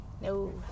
No